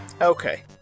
Okay